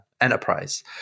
enterprise